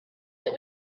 that